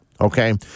okay